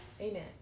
Amen